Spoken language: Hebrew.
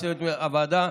ולצוות הוועדה,